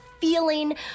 feeling